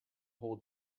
whole